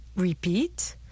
Repeat